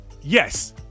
Yes